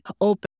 open